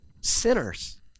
sinners